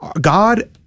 God